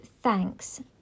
thanks